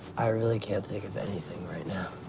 i really can't think anything right now.